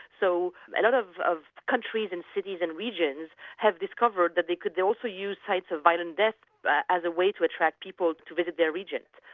so a lot of of countries and cities and regions have discovered that they could also use sites of violent death as a way to attract people to visit their regions.